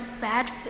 bad